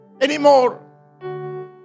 anymore